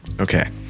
Okay